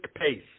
pace